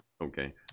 Okay